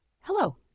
hello